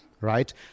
right